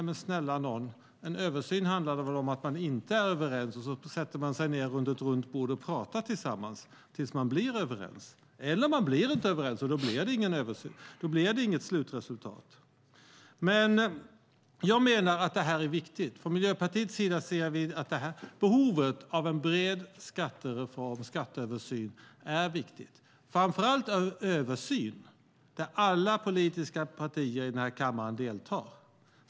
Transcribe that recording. Men, snälla nån, en översyn handlar väl om att man inte är överens och så sätter man sig ned vid ett runt bord och pratar tillsammans tills man blir överens. Eller också blir man inte överens, och då blir det inget slutresultat. Jag menar att det här är viktigt. Från Miljöpartiets sida anser vi att behovet av en bred skatteöversyn är stort, framför allt av en översyn där alla politiska partier i den här kammaren deltar.